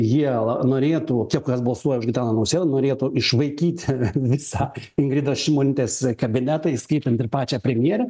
jie la norėtų tie kas balsuoja už gitaną nausėdą norėtų išvaikyti visą ingridos šimonytės kabinetą įskaitant ir pačią premjerę